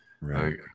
Right